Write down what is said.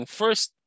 first